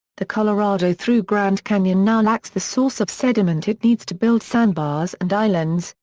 the colorado through grand canyon now lacks the source of sediment it needs to build sandbars and islands,